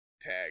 tag